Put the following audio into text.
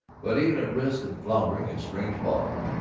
but even at risk of floundering in strange bogs,